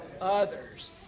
others